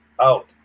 out